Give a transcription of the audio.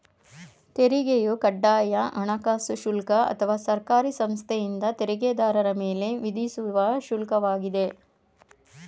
ತೆರಿಗೆಯು ಕಡ್ಡಾಯ ಹಣಕಾಸು ಶುಲ್ಕ ಅಥವಾ ಸರ್ಕಾರಿ ಸಂಸ್ಥೆಯಿಂದ ತೆರಿಗೆದಾರರ ಮೇಲೆ ವಿಧಿಸುವ ಶುಲ್ಕ ವಾಗಿದೆ